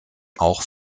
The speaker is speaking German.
auch